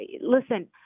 Listen